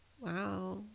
wow